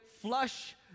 Flush